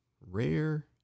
Rare